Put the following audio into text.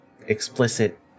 explicit